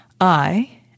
I